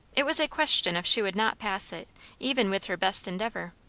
it was a question if she would not pass it even with her best endeavour.